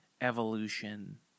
evolution